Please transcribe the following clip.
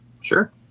Sure